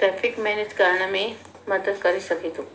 traffic manage करण में मदद करे सघे थो